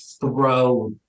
throw